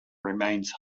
remains